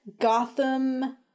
gotham